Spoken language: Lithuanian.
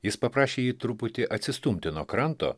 jis paprašė jį truputį atsistumti nuo kranto